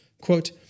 Quote